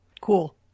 Cool